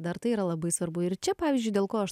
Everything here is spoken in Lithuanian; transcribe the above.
dar tai yra labai svarbu ir čia pavyzdžiui dėl ko aš